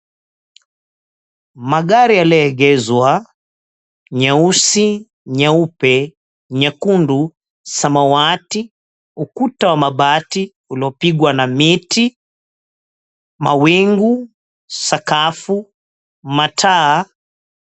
Magari yalioegezwa nyeusi, nyeupe, nyekundu, samawati ukuta wa mabati uliopigwa na miti, mawingu, sakafu, mataa.